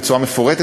בצורה מפורטת,